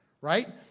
right